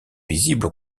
visible